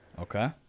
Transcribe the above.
Okay